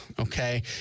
okay